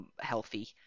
healthy